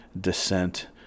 descent